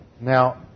Now